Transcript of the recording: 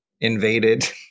invaded